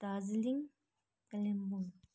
Darjeeling Kalimpong